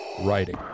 writing